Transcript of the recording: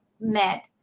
met